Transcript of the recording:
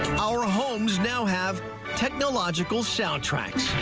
our homes now have technological soundtracks.